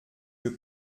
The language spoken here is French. que